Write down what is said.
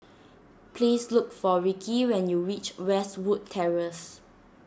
please look for Ricki when you reach Westwood Terrace